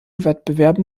wettbewerben